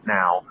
now